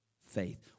faith